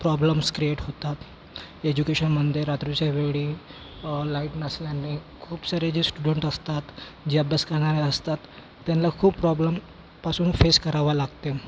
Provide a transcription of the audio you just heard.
problems create होतात एज्युकेशनमधे रात्रीच्या वेळी लाईट नसल्याने खूप सारे जे स्टुडंट असतात जे अभ्यास करणारे असतात त्यांना खूप प्रॉब्लमपासून फेस करावा लागते